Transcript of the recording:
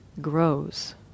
grows